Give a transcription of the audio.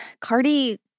Cardi